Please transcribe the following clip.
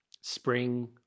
Spring